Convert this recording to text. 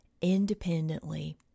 independently